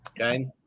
okay